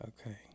Okay